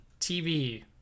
TV